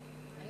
לא היו